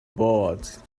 boards